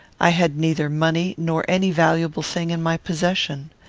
i had neither money nor any valuable thing in my possession.